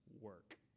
work